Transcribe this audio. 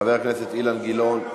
חבר הכנסת אילן גילאון?